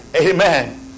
Amen